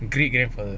great grandfather